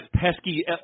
pesky